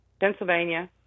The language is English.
Pennsylvania